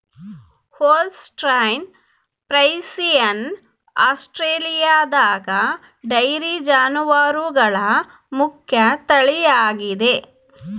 Holstein Friesian ಆಸ್ಟ್ರೇಲಿಯಾದಗ dairy ಜಾನುವಾರುಗಳ ಮುಖ್ಯ ತಳಿಯಾಗಿದೆ